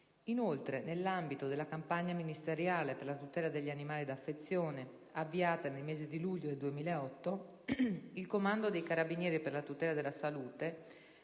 Inoltre, nell'ambito della campagna ministeriale per la tutela degli animali d'affezione, avviata nel mese di luglio 2008, il Comando dei Carabinieri per la tutela della salute